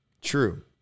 True